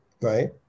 right